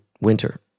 Winter